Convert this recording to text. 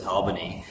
Albany